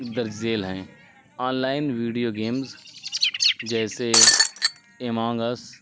درج ذیل ہیں آن لائن ویڈیو گیمز جیسے ایمانگ اس